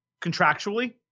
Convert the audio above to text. contractually